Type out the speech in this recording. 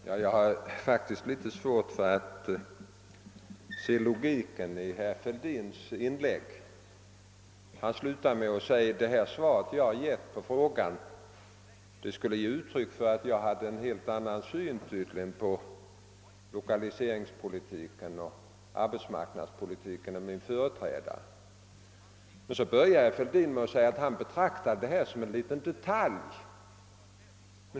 Herr talman! Jag har faktiskt litet svårt att se logiken i herr Fälldins inlägg. Han slutar med att säga att det svar jag har givit på hans interpellation skulle vara ett uttryck för att jag hade en helt annan syn på lokaliseringspolitiken och arbetsmarknadspolitiken än min företrädare. Emellertid började herr Fälldin med att framhålla att han betraktar flyttningsbidraget som en liten detalj.